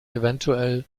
evtl